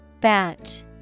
Batch